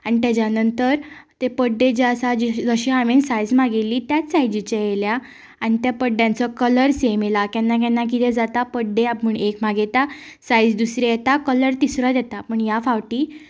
आनी तेच्या नंतर ते पड्डे जे आसा जशे हांवें सायज मागिल्ली त्याच सायजीचे येयल्या आनी त्या पड्ड्यांचो कलर सेम येला केन्ना केन्नाय कितें जाता पड्डे आपूण एक मागयता सायज दुसरी येता कलर तिसरोच येता पूण ह्या फावटी